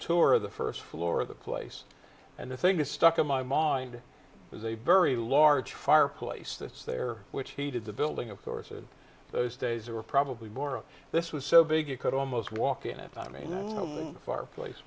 tour of the first floor of the place and the thing that stuck in my mind was a very large fireplace that's there which heated the building of course and those days were probably more of this was so big you could almost walk in it i mean the fireplace